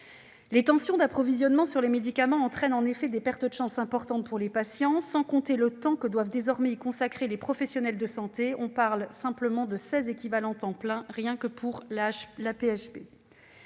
Les tensions d'approvisionnement sur les médicaments entraînent en effet des pertes de chances importantes pour les patients, sans compter le temps que doivent désormais y consacrer les professionnels de santé. On parle de 16 équivalents temps plein rien que pour l'AP-HP.